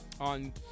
on